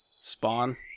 Spawn